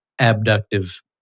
abductive